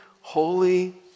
holy